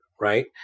right